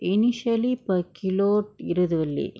initially per kilo இருவது வெள்ளி:iruvathu velli